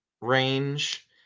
range